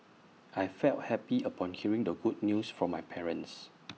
I felt happy upon hearing the good news from my parents